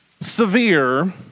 severe